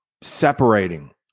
separating